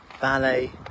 Ballet